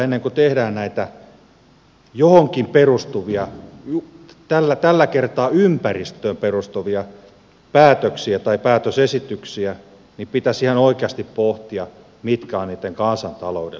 ennen kuin tehdään näitä johonkin perustuvia tällä kertaa ympäristöön perustuvia päätöksiä tai päätösesityksiä pitäisi ihan oikeasti pohtia mitkä ovat niitten kansantaloudelliset merkitykset